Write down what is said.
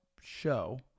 Show